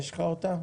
לטפל,